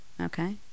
Okay